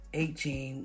eighteen